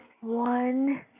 one